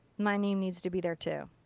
my name needs to be there too.